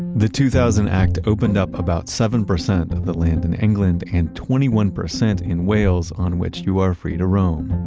the two thousand act opened up about seven percent of land in england and twenty one percent in wales on which you are free to roam,